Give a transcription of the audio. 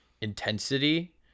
intensity